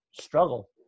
struggle